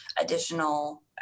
additional